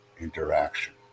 interaction